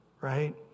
right